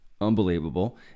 unbelievable